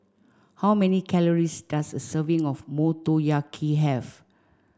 how many calories does a serving of Motoyaki have